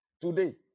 Today